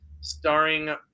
starring